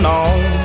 on